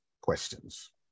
questions